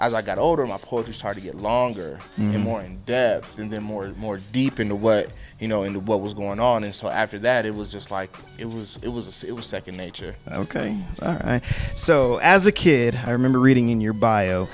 as i got older my poetry is hard to get longer and more in depth and then more and more deep into what you know and what was going on and so after that it was just like it was it was this it was nd nature ok and so as a kid i remember reading in your bio